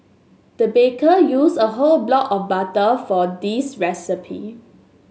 the baker used a whole block of butter for this recipe